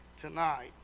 tonight